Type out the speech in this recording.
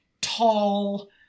tall